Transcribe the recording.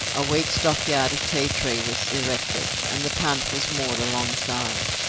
a weak stockyard of tea tree was erected, and the punt was moored alongside.